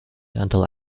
until